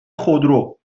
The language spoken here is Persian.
خودرو